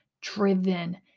driven